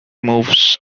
moves